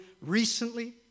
recently